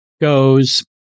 goes